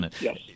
Yes